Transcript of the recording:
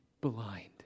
blind